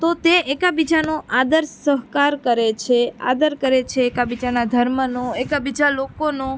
તો તે એકબીજાનો આદર સહકાર કરે છે આદર કરે છે એકબીજાના ધર્મનો એકબીજા લોકોનો